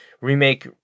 remake